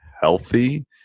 healthy